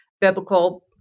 biblical